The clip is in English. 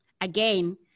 again